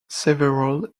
several